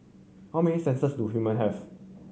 how many senses do human have